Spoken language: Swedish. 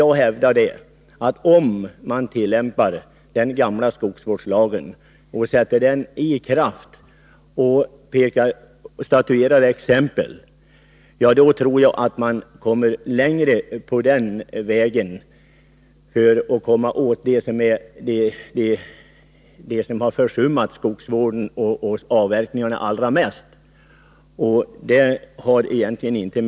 Jag hävdar att man om man sätter den gamla skogsvårdslagen i kraft och statuerar exempel kan komma längre vad gäller att komma åt dem som har försummat skogsvård och avverkning allra mest än med den nu föreslagna lagen.